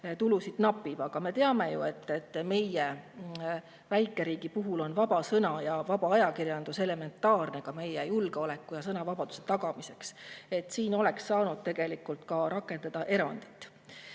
tulusid napib. Aga me ju teame, et meie väikeriigi puhul on vaba sõna ja vaba ajakirjandus elementaarne ka meie julgeoleku ja sõnavabaduse tagamiseks. Siin oleks saanud tegelikult rakendada erandit.